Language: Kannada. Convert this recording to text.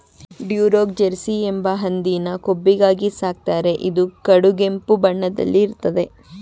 ಡ್ಯುರೋಕ್ ಜೆರ್ಸಿ ಎಂಬ ಹಂದಿನ ಕೊಬ್ಬಿಗಾಗಿ ಸಾಕ್ತಾರೆ ಇದು ಕಡುಗೆಂಪು ಬಣ್ಣದಲ್ಲಿ ಇರ್ತದೆ